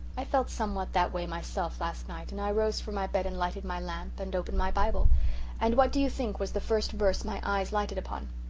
i felt somewhat that way myself last night, and i rose from my bed and lighted my lamp and opened my bible and what do you think was the first verse my eyes lighted upon?